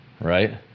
right